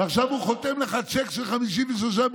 ועכשיו הוא חותם לך על צ'ק של 53 מיליארד.